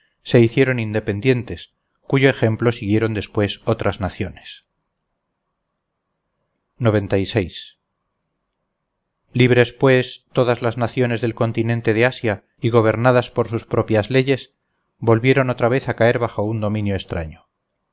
se hicieron independientes cuyo ejemplo siguieron después otras naciones libres pues todas las naciones del continente del asia y gobernadas por sus propias leyes volvieron otra vez a caer bajo un dominio extraño